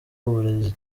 uburezi